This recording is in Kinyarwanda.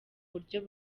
buryo